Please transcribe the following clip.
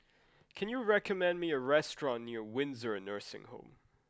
can you recommend me a restaurant near Windsor Nursing Home